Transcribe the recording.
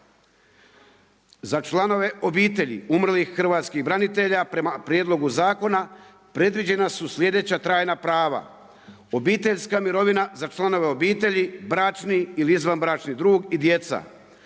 Za članove obitelji umrlih hrvatskih branitelja prema prijedlogu zakona predviđena su sljedeća trajna prava, obiteljska mirovina za članove obitelji, bračni ili izvanbračni drug i djeca,